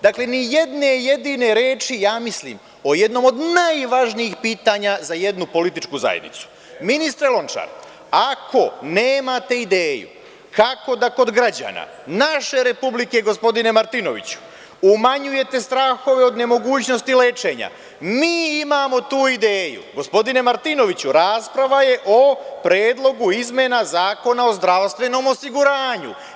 Dakle, ni jedne jedine reči, ja mislim o jednom od najvažnijih pitanja za jednu političku zajednicu. (Aleksandar Martinović, s mesta: Tema.) Ministre Lončar, ako nema ideju kako da kod građana, naše Republike, gospodine Martinoviću, umanjujete strahove od nemogućnosti lečenja, mi imamo tu ideju… (Aleksandar Martinović, s mesta: Tema.) Gospodine Martinoviću, rasprava je o Predlogu zakona o izmenama Zakona o zdravstvenom osiguranju.